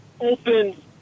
open